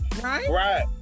right